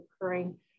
occurring